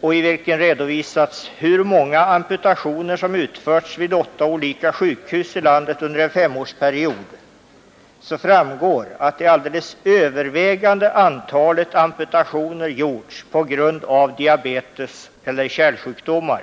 och i vilken redovisades hur många amputationer som utförts vid åtta olika sjukhus i landet under en femårsperiod, framgår att det alldeles övervägande antalet amputationer gjorts på grund av diabetes eller kärlsjukdomar.